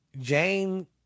Jane